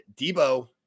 Debo